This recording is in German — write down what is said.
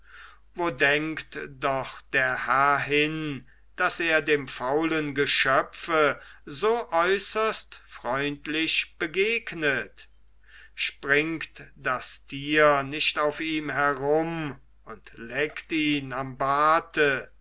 wo denkt doch der herr hin daß er dem faulen geschöpfe so äußerst freundlich begegnet springt das tier nicht auf ihm herum und leckt ihn am barte